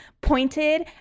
pointed